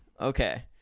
Okay